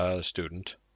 student